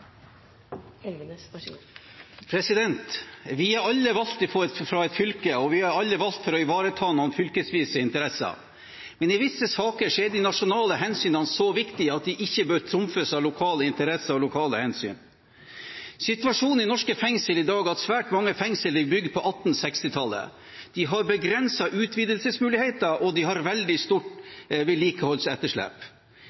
nasjonale hensynene så viktige at de ikke bør trumfes av lokale interesser og lokale hensyn. Situasjonen i norske fengsler i dag er at svært mange av dem er bygd på 1860-tallet. De har begrensete utvidelsesmuligheter, og de har et veldig stort